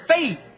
faith